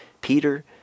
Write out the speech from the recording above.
Peter